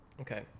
Okay